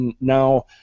now